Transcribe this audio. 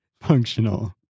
functional